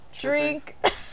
drink